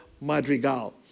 Madrigal